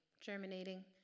germinating